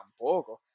tampoco